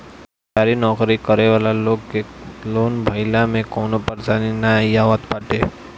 सरकारी नोकरी करे वाला लोग के लोन भरला में कवनो परेशानी नाइ आवत बाटे